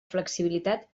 flexibilitat